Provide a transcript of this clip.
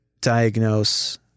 diagnose